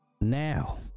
Now